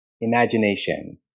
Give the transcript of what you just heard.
imagination